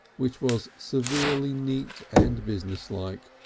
which was severely neat and businesslike,